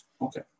Okay